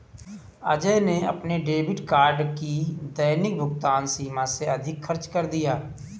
अजय ने अपने debit card की दैनिक भुगतान सीमा से अधिक खर्च कर दिया